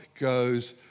goes